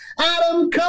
Adam